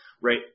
right –